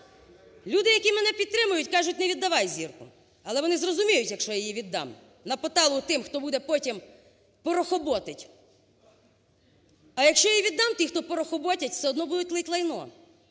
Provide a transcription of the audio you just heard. Люди, які мене підтримують, кажуть: "Не віддавай Зірку", - але вони зрозуміють, якщо я її віддам на поталу тим, хто буде потім "порохободить". А якщо я віддам, ті, хто "порохободять", все одно будуть лити лайно.